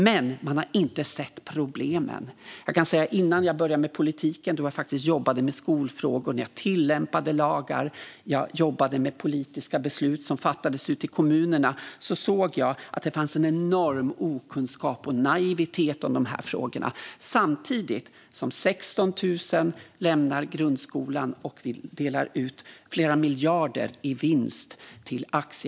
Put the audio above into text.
Men man har inte sett problemen. Innan jag började med politik och faktiskt jobbade med skolfrågor, när jag tillämpade lagar och jobbade med politiska beslut som fattades ute i kommunerna, såg jag att det fanns en enorm okunskap om och naivitet i de här frågorna - samtidigt som 16 000 lämnar grundskolan och vi delar ut flera miljarder i vinst till aktieägare.